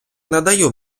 надаю